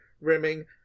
rimming